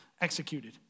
executed